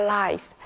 life